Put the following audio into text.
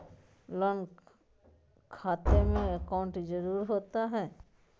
Loan खाते में account जरूरी होता है?